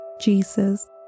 Jesus